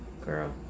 girl